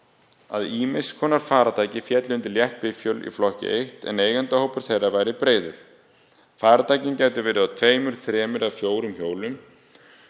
að ýmiss konar farartæki féllu undir létt bifhjól í flokki I en eigendahópur þeirra væri breiður. Farartækin gætu verið á tveimur, þremur eða fjórum hjólum.